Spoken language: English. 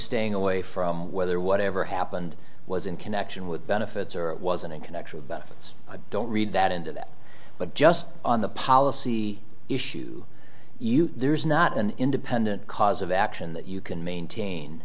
staying away from whether whatever happened was in connection with benefits or it wasn't in connection of benefits i don't read that into that but just on the policy issue you there is not an independent cause of action that you can maintain